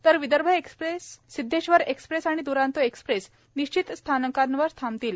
तर Vidarbha express Siddheshwar express आणि Duronto express निश्चित स्थानकांवर थांबतील